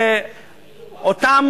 אותה